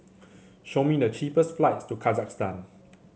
show me the cheapest flights to Kazakhstan